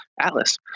Atlas